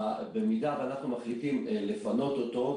במידה ואנחנו מחליטים לפנות אותו,